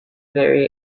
very